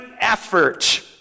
effort